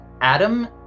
Adam